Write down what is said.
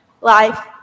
life